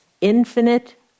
infinite